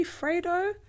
Fredo